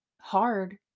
hard